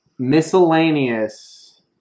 Miscellaneous